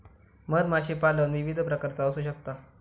मधमाशीपालन विविध प्रकारचा असू शकता